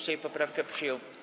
Sejm poprawkę przyjął.